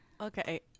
Okay